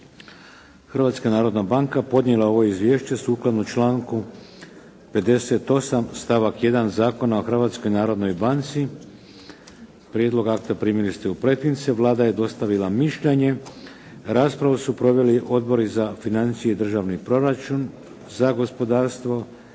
Hrvatska narodna banka podnijela je ovo izvješće sukladno članku 58. stavak 1. Zakona o Hrvatskoj narodnoj banci. Prijedlog akta primili ste u pretince. Vlada je dostavila mišljenje. Raspravu su proveli odbori za financije i državni proračun, za gospodarstvo,